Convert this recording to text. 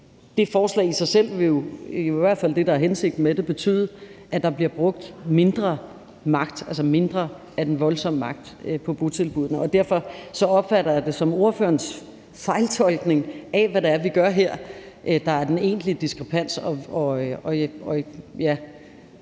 det forslag i sig selv vil jo, det er i hvert fald det, der er hensigten med det, betyde, at der bliver brugt mindre magt, altså mindre af den voldsomme magt på botilbuddene. Derfor opfatter jeg det som ordførerens fejltolkning af, hvad det er, vi gør her, der er den egentlige diskrepans, og det,